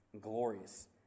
glorious